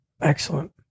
Excellent